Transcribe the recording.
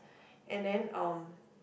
and then um